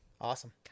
Awesome